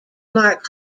mark